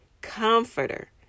comforter